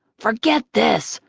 forget this,